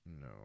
No